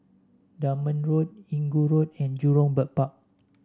Dunman Road Inggu Road and Jurong Bird Park